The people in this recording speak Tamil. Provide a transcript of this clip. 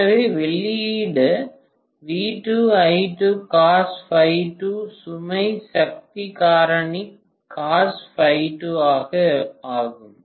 எனவே வெளியீடு சுமை சக்தி காரணி ஆகும்